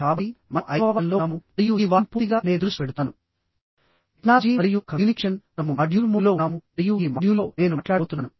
కాబట్టి మనం ఐదవ వారంలో ఉన్నాము మరియు ఈ వారం పూర్తిగా నేను దృష్టి పెడుతున్నాను టెక్నాలజీ మరియు కమ్యూనికేషన్ మనము మాడ్యూల్ 3 లో ఉన్నాము మరియు ఈ మాడ్యూల్లో నేను మాట్లాడబోతున్నాను